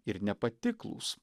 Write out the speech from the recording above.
ir nepatiklūs